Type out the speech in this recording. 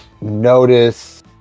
notice